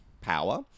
power